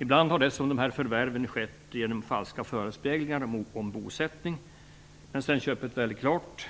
Ibland har dessutom de här förvärven skett genom falska förespeglingar om bosättning, men sedan köpet väl är klart